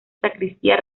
sacristía